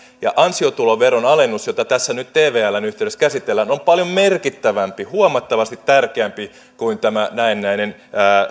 niin ansiotuloveron alennus jota tässä nyt tvln yhteydessä käsitellään on paljon merkittävämpi huomattavasti tärkeämpi kuin tämä näennäinen